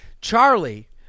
Charlie